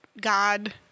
God